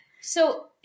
So-